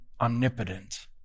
omnipotent